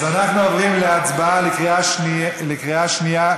אנחנו עוברים להצבעה בקריאה שנייה,